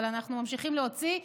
אבל אנחנו ממשיכים להוציא.